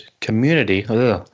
community